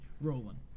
rolling